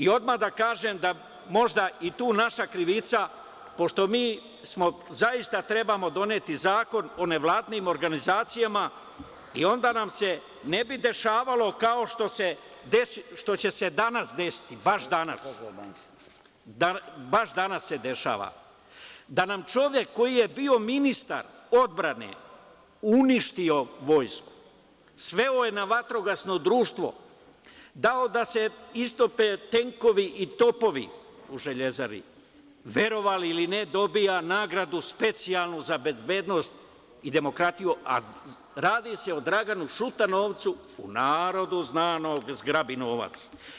Odmah da kažem da je možda tu naša krivica, pošto mi zaista trebamo doneti zakon o nevladinim organizacijama i onda nam se ne bi dešavalo kao što će se danas desiti, baš danas, baš danas se dešava da nam čovek koji je bio ministar odbrane, uništio vojsku, sveo je na vatrogasno društvo, dao da se istope tenkovi i topovi u Železari, verovali ili ne, dobija nagradu specijalnu za bezbednost i demokratiju, a radi se o Draganu Šutanovcu, u narodu znanog zgrabinovac.